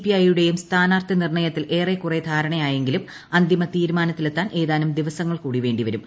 PI യുടെയും സ്ഥാനാർത്ഥി നിർണ്ണയത്തിൽ ഏറെക്കുറെ ധാരണയായെങ്കിലും അന്തിമ തീരുമാനത്തിലെത്താൻ ഏതാനും ദിവസങ്ങൾ കൂടി വേണ്ടിവരും